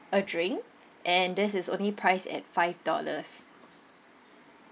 a drink and this is only priced at five dollars